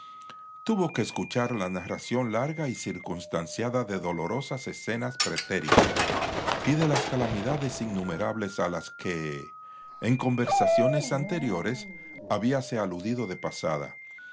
tuvo que escuchar la narración larga y circunstanciada de dolorosas escenas pretéritas y de las calamidades innumerables a las que en conversaciones anteriores habíase aludido de pasada